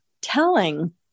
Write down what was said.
telling